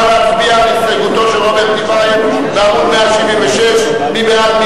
נא להצביע על הסתייגותו של רוברט טיבייב בעמוד 176. מי בעד?